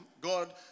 god